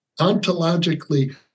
Ontologically